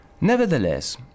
Nevertheless